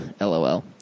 LOL